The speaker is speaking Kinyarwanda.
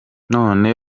none